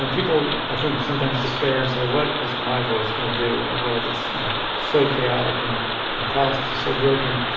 and people i think sometimes despair and say, what is my voice going to do in a world that's so chaotic and your politics is so broken?